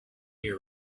year